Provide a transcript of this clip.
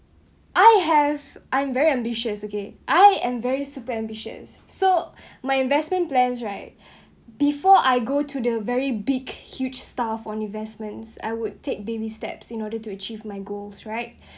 I have I'm very ambitious okay I am very super ambitious so my investment plans right before I go to the very big huge stuff on investments I would take baby steps in order to achieve my goals right